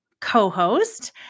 co-host